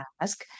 ask